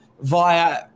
via